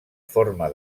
forma